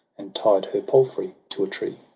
and tied her palfrey to a tree.